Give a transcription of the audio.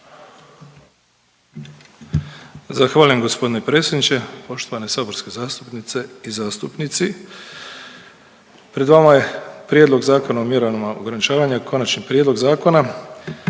Zahvaljujem g. predsjedniče. Poštovane saborske zastupnice i zastupnici. Pred vama je Prijedlog Zakona o mjerama ograničavanja, Konačni prijedlog zakona.